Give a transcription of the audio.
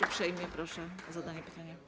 Uprzejmie proszę o zadanie pytania.